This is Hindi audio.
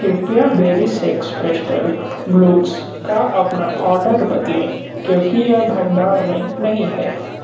कृपया बेरिस एक्स पेस्टल ब्लून्स का अपना ऑर्डर बदलें क्योकि यह भंडार में नहीं है